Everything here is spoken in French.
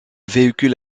véhicule